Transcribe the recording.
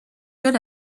good